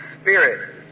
Spirit